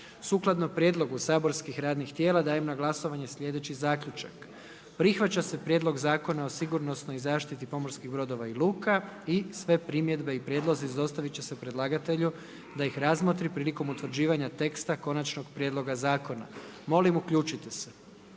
Sukladno prijedlogu saborskih radnih tijela, dajem na glasovanje sljedeći zaključak: Prihvaća se Prijedlog Zakona o sigurnosnoj zaštiti pomorskih brodova i luka i sve primjedbe i prijedlozi dostaviti će se predlagatelju da ih razmotri prilikom utvrđivanja teksta konačnog prijedloga zakona. Molim uključite se